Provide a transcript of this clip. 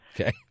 Okay